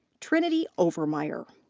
trinity overmyer.